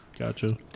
Gotcha